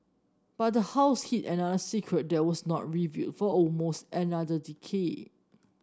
but the house hid another secret that was not revealed for almost another decade